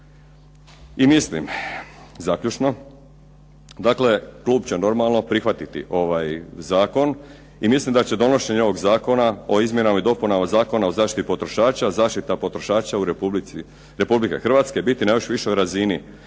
prekršajima. Zaključno, dakle klub će normalno prihvatiti ovaj zakon i mislim da će donošenje ovog Zakona o izmjenama i dopunama Zakona o zaštiti potrošača zaštita potrošača Republike Hrvatske biti na još višoj razini